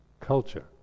culture